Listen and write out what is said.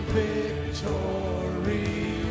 victory